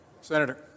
Senator